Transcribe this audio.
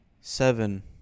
Seven